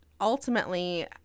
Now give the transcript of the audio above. ultimately